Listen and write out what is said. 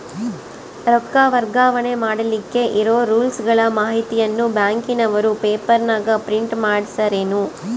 ರೊಕ್ಕ ವರ್ಗಾವಣೆ ಮಾಡಿಲಿಕ್ಕೆ ಇರೋ ರೂಲ್ಸುಗಳ ಮಾಹಿತಿಯನ್ನ ಬ್ಯಾಂಕಿನವರು ಪೇಪರನಾಗ ಪ್ರಿಂಟ್ ಮಾಡಿಸ್ಯಾರೇನು?